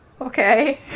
okay